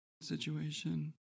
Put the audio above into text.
situation